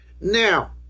Now